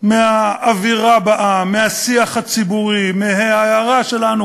מהאווירה בעם, מהשיח הציבורי, מההארה שלנו